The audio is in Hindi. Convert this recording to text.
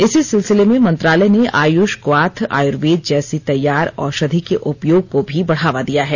इसी सिलसिले में मंत्रालय ने आयुषक्वाथ आयुर्वेद जैसी तैयार औषधि के उपयोग को भी बढ़ावा दिया है